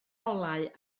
olau